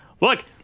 look